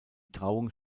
trauung